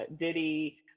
Diddy